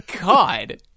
God